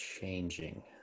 changing